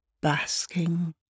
Basking